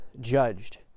judged